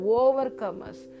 overcomers